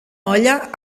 olla